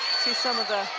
see some of the